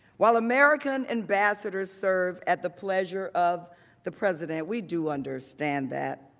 well american ambassador serve at the pleasure of the president, we do understand that.